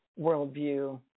worldview